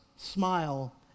smile